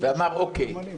ואמר אוקיי,